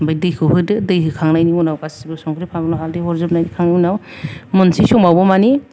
ओमफ्राय दैखौ होदो दै होखांनायनि उनाव गासिबो संख्रि फानलु हाल्डै हरजोबनाय खांनायनि उनाव मोननोसै समाव माने